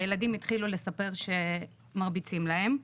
הילדים התחילו לספר שמרביצים להם.